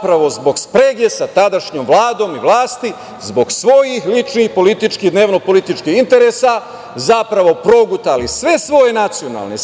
zapravo zbog sprege sa tadašnjom Vladom i vlasti zbog svojih ličnih i političkih, dnevno političkih interesa, zapravo progutali sve svoje nacionalne,